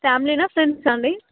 ఫ్యామిలీనా ఫ్రెండ్సా అండి